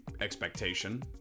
expectation